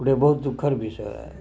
ଗୁଟେ ବହୁତ୍ ଦୁଃଖର୍ ବିଷୟ ଆଏ